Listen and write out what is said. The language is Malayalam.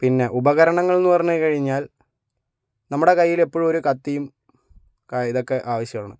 പിന്നെ ഉപകരണങ്ങൾ എന്ന് പറഞ്ഞ് കഴിഞ്ഞാൽ നമ്മുടെ കയ്യിൽ എപ്പോഴും ഒരു കത്തിയും കാ ഇതൊക്കെ ആവശ്യമാണ്